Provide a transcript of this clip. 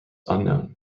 unknown